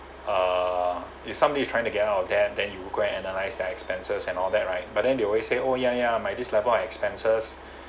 err if somebody trying to get out of there and then you go and analyse their expenses and all that right but then they always say oh ya ya my this level expenses